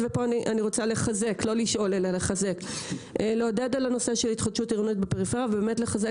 אני רוצה לעודד את ההתחדשות העירונית בפריפריה ובאמת לחזק